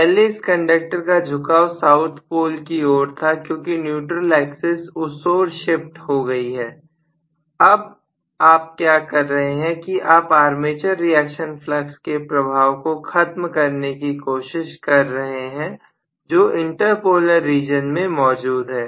पहले इस कंडक्टर का झुकाव साउथ पोल की ओर था क्योंकि न्यूट्रल एक्सेस उस ओर शिफ्ट हो गई है अब आप क्या कर रहे हैं कि आप आर्मेचर रिएक्शन फ्लक्स के प्रभाव को खत्म करने की कोशिश कर रहे हैं जो इंटर पोलर रीजन में मौजूद है